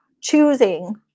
choosing